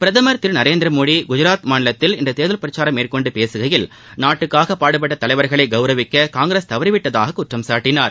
பிரதம் திரு நரேந்திரமோடி குஜராத் மாநிலத்தில் இன்று தேர்தல் பிரக்சாரம் மேற்கொண்டு பேசுகையில் நாட்டுக்காக பாடுபட்ட தலைவர்களை கவுரவிக்க காங்கிரஸ் தவறிவிட்டதாகக் குற்றம்சாட்டினார்